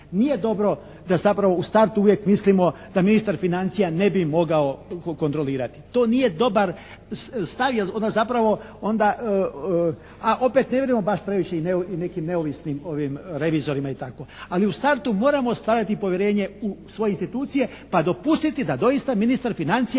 Nije dobro da zapravo u startu uvijek mislimo da ministar financija ne bi mogao kontrolirati. To nije dobar stav. Onda zapravo, a onda, a opet ne vjerujemo baš previše nekim neovisnim revizorima i tako. Ali u startu moramo stavljati povjerenje u svoje institucije pa dopustiti da doista ministar financija